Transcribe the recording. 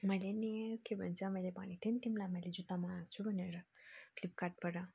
मैले नि के भन्छ मैले भनेको थिएँ नि तिमीलाई मैले जुत्ता मगाएको छु भनेर फ्लिपकार्टबाट